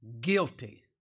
guilty